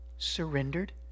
surrendered